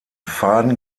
faden